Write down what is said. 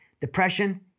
depression